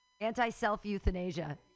Anti-self-euthanasia